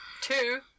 Two